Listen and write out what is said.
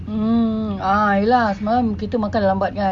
mm ah semalam kita makan lambat kan